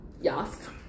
Yes